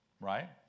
Right